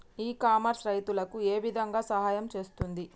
ఇ commerce రైతులకు ఏ విధంగా సహాయం చేస్తుంది?